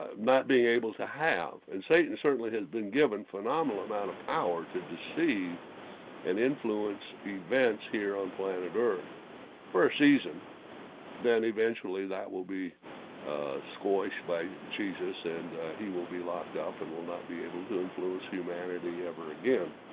not being able to have and satan certainly has been given phenomenal amount of power to deceive and influence events here on planet earth for a season then eventually that will be squashed by jesus and he will be locked up and will not be able to influence humanity ever again